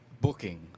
booking